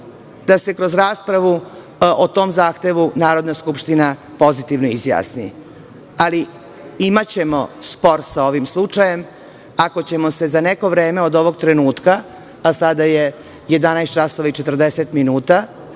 kroz raspravu o tom zahtevu Narodna skupština pozitivno izjasni. Imaćemo spor sa ovim slučajem, ako ćemo se za neko vreme od ovog trenutka, a sada je 11 časova